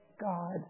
God